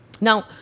now